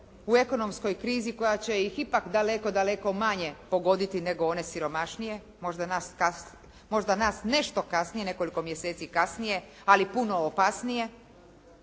u ekonomskoj krizi, koja će ih ipak daleko, daleko manje pogoditi nego one siromašnije, možda nas nešto kasnije, nekoliko mjeseci kasnije, ali puno opasnije.